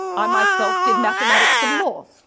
i myself did mathematics and law.